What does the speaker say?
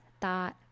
thought